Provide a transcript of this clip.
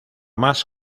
más